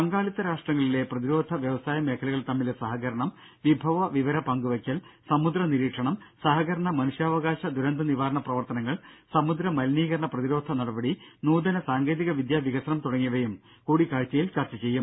പങ്കാളിത്ത രാഷ്ട്രങ്ങളിലെ പ്രതിരോധ വ്യവസായ മേഖലകൾ തമ്മിലെ സഹകരണം വിഭവ വിവര പങ്കുവെയ്ക്കൽ സമുദ്രനിരീക്ഷണം സഹകരണ മനുഷ്യാവകാശ ദുരന്തനിവാരണ പ്രവർത്തനങ്ങൾ സമുദ്ര മലിനീകരണ പ്രതിരോധ നടപടി നൂതന സാങ്കേതികവിദ്യാ വികസനം തുടങ്ങിയവയും കൂടിക്കാഴ്ചയിൽ ചർച്ചചെയ്യും